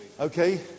Okay